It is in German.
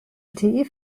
lte